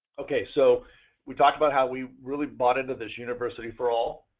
okay, so we talked about how we really bought into this university for all.